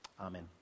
Amen